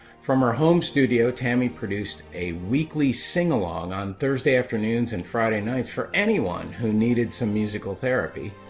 from our home studio tammy produced a weekly sing-along on thursday afternoons and friday nights for anyone who needed some musical therapy